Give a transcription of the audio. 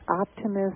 optimism